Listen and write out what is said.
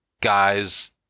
guys